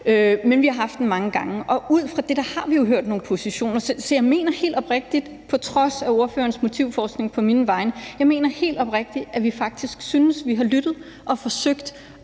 Men vi har haft den mange gange, og ud fra det har vi jo hørt nogle positioner. Så jeg mener helt oprigtigt – på trods af ordførerens motivforskning på mine vegne – at vi faktisk synes, at vi har lyttet og forsøgt